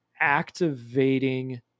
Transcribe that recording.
activating